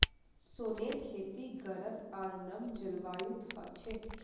सोनेर खेती गरम आर नम जलवायुत ह छे